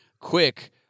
Quick